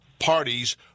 parties